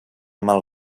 mal